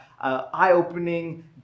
eye-opening